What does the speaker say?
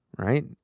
Right